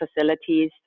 facilities